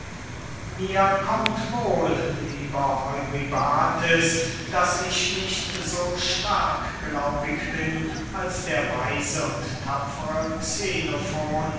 mir kommt wohl lieber eurybates daß ich nicht so starkglaubig bin als der weise und tapfere